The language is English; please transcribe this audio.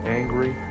angry